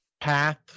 path